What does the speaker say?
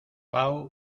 pau